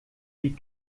die